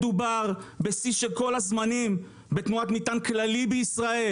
מדובר בשיא של כל הזמנים בתנועת מטען כללי בישראל.